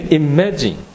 imagine